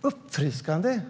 uppfriskande.